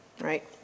right